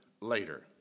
later